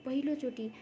पहिलोचोटि